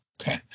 okay